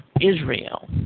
Israel